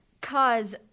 cause